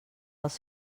als